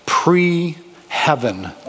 pre-heaven